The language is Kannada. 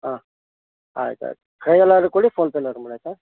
ಹಾಂ ಆಯ್ತು ಆಯ್ತು ಕೈಯಲ್ಲಿ ಆದರೂ ಕೊಡಿ ಫೋನ್ಪೇನಾದ್ರೂ ಮಾಡಿ ಆಯಿತಾ